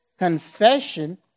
confession